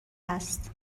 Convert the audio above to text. است